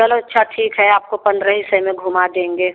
चलो अच्छा ठीक है आपको पन्द्रह ही सौ में घुमा देंगे